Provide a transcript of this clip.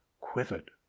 quivered